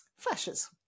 Flashes